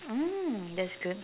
mm that's good